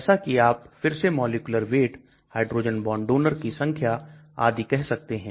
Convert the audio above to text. जैसे कि आप फिर से molecular weight hydrogen bond donor की संख्या आदि कह सकते हैं